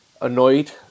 annoyed